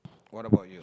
what about you